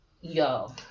yo